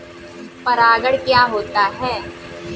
परागण क्या होता है?